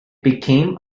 became